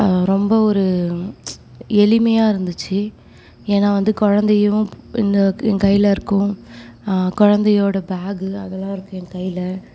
ரொம்ப ஒரு எளிமையாக இருந்துச்சு ஏன்னா வந்து குழந்தையும் இந்த என் கையில் இருக்கும் குழந்தையோட பேக் அதெல்லாம் இருக்குது என் கையில்